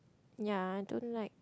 ya I don't like